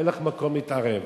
אין לך מקום להתערב.